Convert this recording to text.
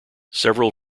several